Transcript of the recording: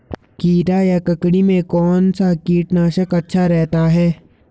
खीरा या ककड़ी में कौन सा कीटनाशक अच्छा रहता है?